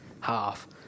half